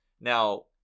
Now